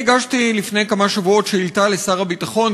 אני הגשתי לפני שלושה שבועות שאילתה לשר הביטחון